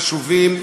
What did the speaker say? חשובים,